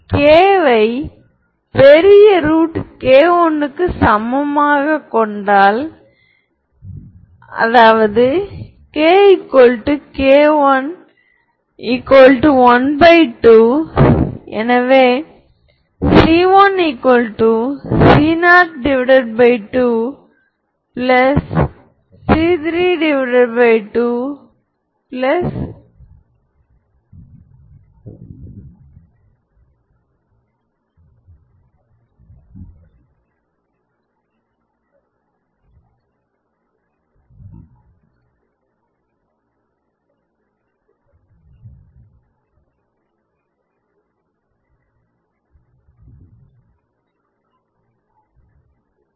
கருத்தில் கொள்வோம் Mλa3xya0xy"a1 xya2xyλa3xy0 xϵa b இங்கே λ என்பது ஒரு அளவுரு அங்கு M≡ a0xd2dx2a1 xddxa2x இதை நாம் எப்போதும் ஹெர்மிடியன் வடிவத்தில் வைக்கலாம்